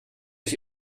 ich